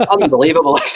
unbelievable